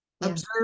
observe